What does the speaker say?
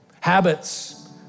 Habits